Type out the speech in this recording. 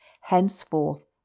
henceforth